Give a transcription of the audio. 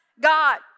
God